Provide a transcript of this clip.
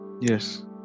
yes